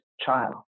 child